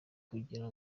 kugira